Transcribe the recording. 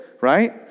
right